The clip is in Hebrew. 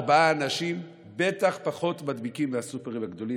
ארבעה אנשים בטח פחות מידבקים מהסופרים הגדולים,